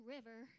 River